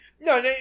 no